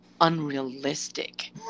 unrealistic